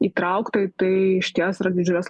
įtraukta į tai išties yra didžiulės